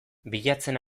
bilatzen